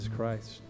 Christ